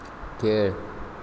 खेळ